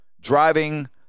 driving